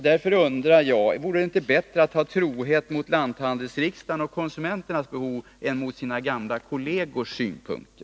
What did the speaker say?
Därför undrar jag: Vore det inte bättre att visa trohet mot lanthandelsriksdagen och konsumenternas behov än mot gamla kollegers synpunkter?